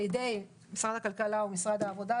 הוגשו על ידי משרד הכלכלה, או משרד העבודה,